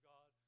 God